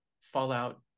Fallout